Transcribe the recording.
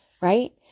right